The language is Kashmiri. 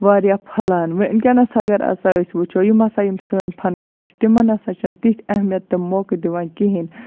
واریاہ پھۄلان وٕنکیٚنَس اَگَر ہَسا أسۍ وٕچھو یِم ہَسا یِم سٲنٛۍ فنکار چھِ تِمَن نَسا چھَنہٕ تِتھۍ اہمیت تِم موقعہٕ دِوان کِہیٖنۍ